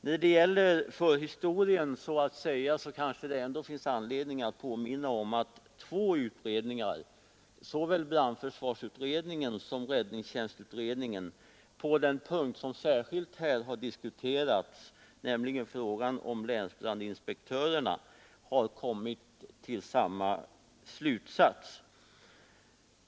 När det gäller förhistorien finns det kanske ändå anledning att påminna om att två utredningar, såväl brandförsvarutredningen som räddningstjänstutredningen, i fråga om länsbrandinspektörerna — den punkt som här särskilt har diskuterats — har kommit till samma slutsats.